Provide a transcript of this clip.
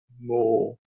more